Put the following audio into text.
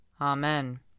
Amen